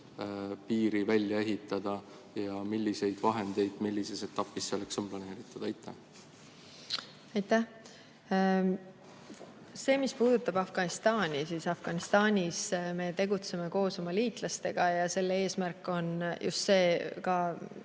piiri välja ehitada ja milliseid vahendeid millises etapis selleks on planeeritud? Aitäh! Mis puudutab Afganistani, siis Afganistanis me tegutseme koos oma liitlastega ja selle eesmärk on ka